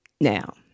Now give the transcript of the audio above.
Now